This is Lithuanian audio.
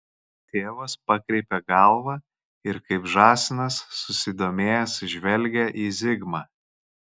tėvas pakreipia galvą ir kaip žąsinas susidomėjęs žvelgia į zigmą